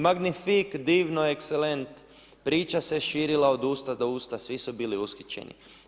Magnifik, divno, ekselent, priča se širila od usta do usta, svi su bili ushićeni.